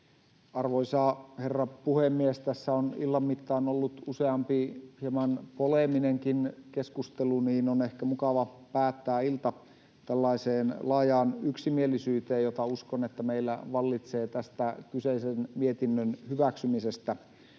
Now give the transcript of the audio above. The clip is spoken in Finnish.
Arvoisa herra puhemies! Kun tässä on illan mittaan ollut useampi hieman poleeminenkin keskustelu, niin on ehkä mukava päättää ilta tällaiseen laajaan yksimielisyyteen, joka meillä, uskon, vallitsee tästä kyseisen mietinnön hyväksymisestä.